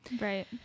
right